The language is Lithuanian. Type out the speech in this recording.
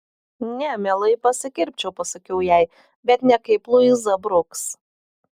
ne mielai pasikirpčiau pasakiau jai bet ne kaip luiza bruks